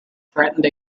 threatened